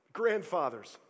grandfathers